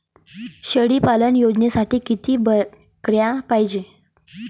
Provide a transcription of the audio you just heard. शेळी पालन योजनेसाठी किती बकऱ्या पायजे?